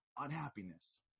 Unhappiness